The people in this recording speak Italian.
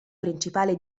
principale